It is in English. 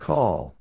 Call